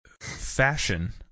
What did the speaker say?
Fashion